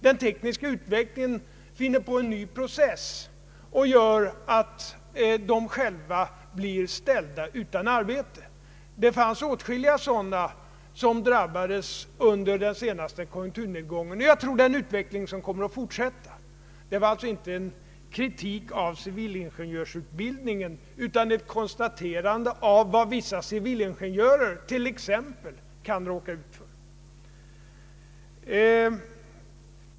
Den tekniska utvecklingen kan leda fram till en ny process vilket gör att sådana civilingenjörer ställs utan arbete. Det fanns åtskilliga som drabbades av detta under den senaste konjunkturnedgången, och jag tror denna utveckling kommer att fortsätta. Det var alltså inte fråga om en kritik av Ccivilingenjörsutbildningen utan ett konstaterande av vad vissa civilingenjörer t.ex. kan råka ut för.